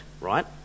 right